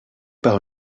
par